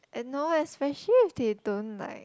no especially if they don't like